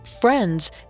friends